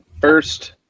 first